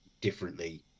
differently